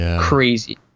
crazy